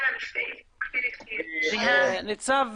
ניצב